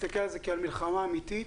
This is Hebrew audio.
תסתכל על זה כעל מלחמה אמיתית,